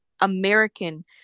American